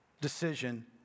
decision